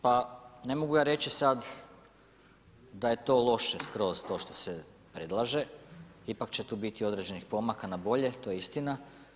Pa ne mogu ja reći sad da je to loše skroz to što se predlaže, ipak će tu biti određenih pomaka na bolje, to je istina.